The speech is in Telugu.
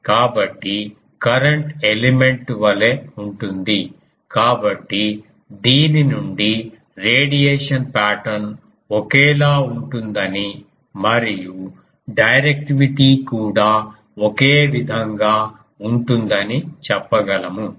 కాబట్టి కరెంట్ ఎలిమెంట్ వలె ఉంటుంది కాబట్టి దీని నుండి రేడియేషన్ పాటర్న్ ఒకేలా ఉంటుందని మరియు డైరెక్టివిటీ కూడా ఒకే విధంగా ఉంటుందని చెప్పగలము